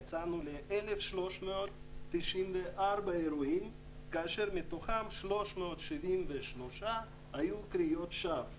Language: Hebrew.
יצאנו ל-1,394 אירועים כאשר מתוכם 373 היו קריאות שווא.